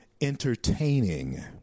entertaining